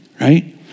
right